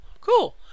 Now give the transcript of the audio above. cool